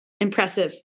impressive